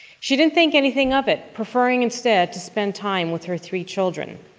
she didn't think anything of it, preferring instead to spend time with her three children.